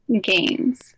gains